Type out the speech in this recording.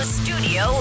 studio